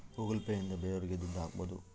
Google Pay ಇಂದ ಬೇರೋರಿಗೆ ದುಡ್ಡು ಹಾಕ್ಬೋದು